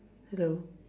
hello